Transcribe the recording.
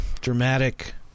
dramatic